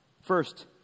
First